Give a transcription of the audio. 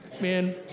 Man